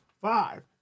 five